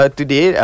today